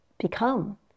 become